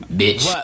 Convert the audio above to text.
bitch